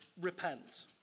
repent